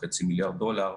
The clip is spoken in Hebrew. ל-5.5 מיליארד דולר.